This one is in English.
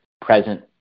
present